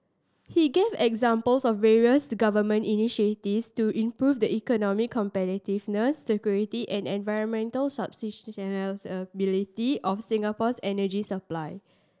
he gave examples of various Government initiatives to improve the economic competitiveness security and environmental of Singapore's energy supply